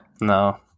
No